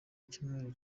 icyumweru